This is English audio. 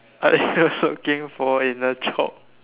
I here searching for in a chop